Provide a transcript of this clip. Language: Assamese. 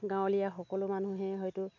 গাঁৱলীয়া সকলো মানুহেই হয়তো